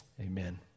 amen